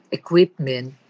equipment